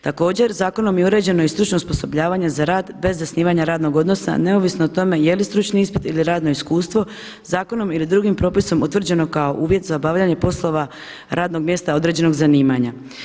Također zakonom je uređeno i stručno osposobljavanje za rad bez zasnivanja radnog odnosa neovisno o tome je li stručni ispit ili radno iskustvo zakonom ili drugim propisom utvrđeno kao uvjet za obavljanje poslova radnog mjesta određenog zanimanja.